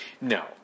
no